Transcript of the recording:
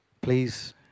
please